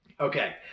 Okay